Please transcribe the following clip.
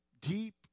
Deep